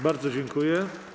Bardzo dziękuję.